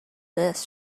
this